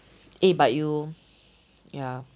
eh but you ya